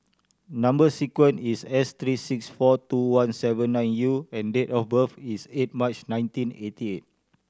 number sequence is S three six four two one seven nine U and date of birth is eight March nineteen eighty eight